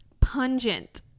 pungent